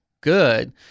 good